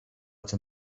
tym